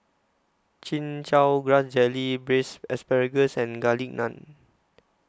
Chin Chow Grass Jelly Braised Asparagus and Garlic Naan